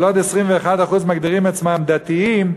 אבל 21% מגדירים עצמם דתיים,